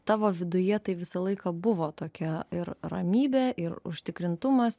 tavo viduje tai visą laiką buvo tokia ir ramybė ir užtikrintumas